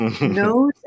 knows